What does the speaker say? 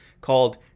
called